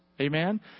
Amen